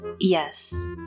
Yes